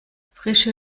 frische